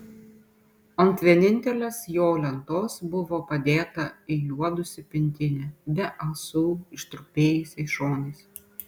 ant vienintelės jo lentos buvo padėta įjuodusi pintinė be ąsų ištrupėjusiais šonais